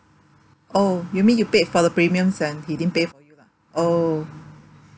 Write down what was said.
oh you mean you paid for the premiums and he didn't pay for you lah oh